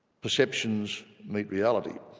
perceptions meet reality!